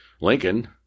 Lincoln